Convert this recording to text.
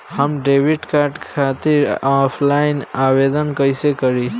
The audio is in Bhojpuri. हम क्रेडिट कार्ड खातिर ऑफलाइन आवेदन कइसे करि?